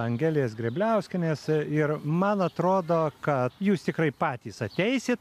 angelės grebliauskienės ir man atrodo kad jūs tikrai patys ateisit